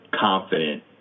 confident